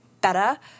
better